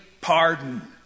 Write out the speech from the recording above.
pardon